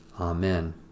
Amen